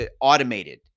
automated